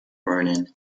vernon